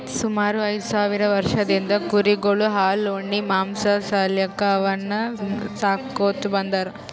ಸುಮಾರ್ ಐದ್ ಸಾವಿರ್ ವರ್ಷದಿಂದ್ ಕುರಿಗೊಳ್ ಹಾಲ್ ಉಣ್ಣಿ ಮಾಂಸಾ ಸಾಲ್ಯಾಕ್ ಅವನ್ನ್ ಸಾಕೋತ್ ಬಂದಾರ್